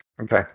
Okay